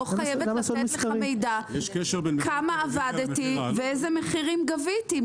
לא חייבת לתת לך מידע כמה עבדתי ואיזה מחירים גביתי.